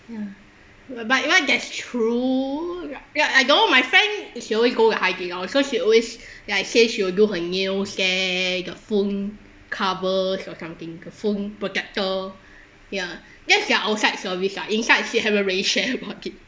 ya but but that's true like I don't know my friend she always go to 海底捞 cause she always like say she will do her nails there the phone cover or something the phone protector ya that's their outside service lah inside she haven't really shared about it